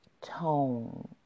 tone